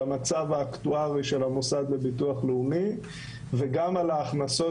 על המצב האקטוארי של המוסד לביטוח לאומי וגם על ההכנסות